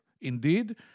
Indeed